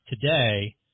today –